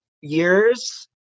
years